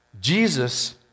Jesus